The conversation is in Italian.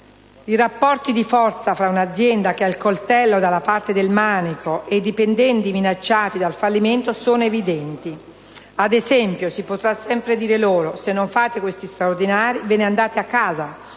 I rapporti di forza fra un'azienda che ha il coltello dalla parte del manico e i dipendenti minacciati dal fallimento sono evidenti. Ad esempio, si potrà sempre dire loro: «se non fate questi straordinari, ve ne andate a casa»;